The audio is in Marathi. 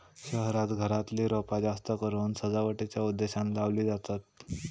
शहरांत घरातली रोपा जास्तकरून सजावटीच्या उद्देशानं लावली जातत